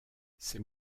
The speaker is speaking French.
c’est